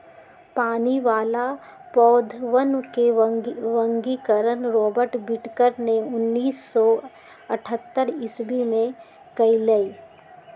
पानी वाला पौधवन के वर्गीकरण रॉबर्ट विटकर ने उन्नीस सौ अथतर ईसवी में कइलय